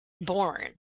born